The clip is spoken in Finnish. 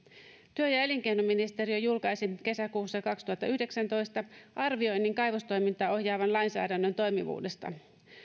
työ ja elinkeinoministeriö julkaisi kesäkuussa kaksituhattayhdeksäntoista arvioinnin kaivostoimintaa ohjaavan lainsäädännön toimivuudesta